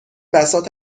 بساط